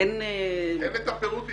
אין את הפירוט.